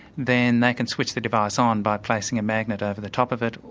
then they can switch the device on by placing a magnet over the top of it,